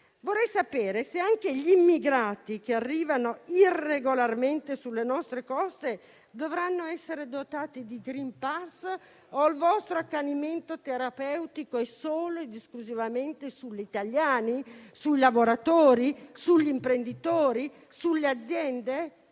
Vorrei però sapere se anche gli immigrati che arrivano irregolarmente sulle nostre coste dovranno essere dotati di *green pass* o se il vostro accanimento terapeutico è solo ed esclusivamente sugli italiani, sui lavoratori, sugli imprenditori, sulle aziende.